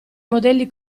modelli